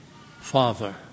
Father